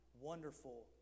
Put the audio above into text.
wonderful